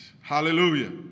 Hallelujah